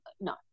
No